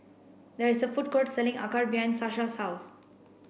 there is a food court selling Acar behind Sasha's house